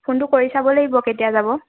ফোনটো কৰি চাব লাগিব কেতিয়া যাব